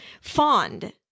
fond